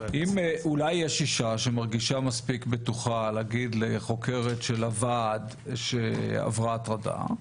אולי יש אישה שמרגישה מספיק בטוחה להגיד לחוקרת של הוועד שעברה הטרדה,